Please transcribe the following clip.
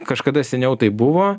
kažkada seniau taip buvo